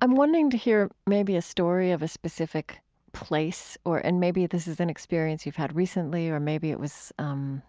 i'm wanting to hear maybe a story of a specific place, and maybe this is an experience you've had recently or maybe it was um